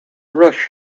rush